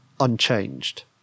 unchanged